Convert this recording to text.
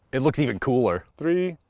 it looks even cooler. three,